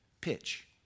pitch